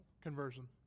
conversion